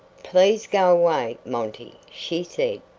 please go away, monty, she said.